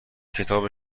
کتاب